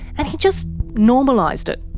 and he just normalised it.